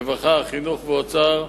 רווחה, חינוך ואוצר,